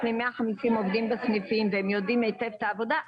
יש 150 עובדים בסניפים והם יודעים היטב את העבודה.